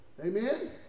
Amen